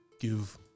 give